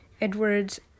Edwards